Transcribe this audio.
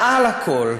מעל הכול,